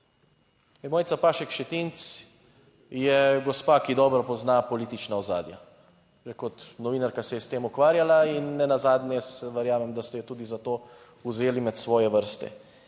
Mojca Pašek Šetinc je gospa, ki dobro pozna politična ozadja, že kot novinarka se je s tem ukvarjala in nenazadnje verjamem, da ste jo tudi za to vzeli med svoje vrste